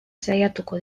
saiatuko